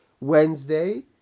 Wednesday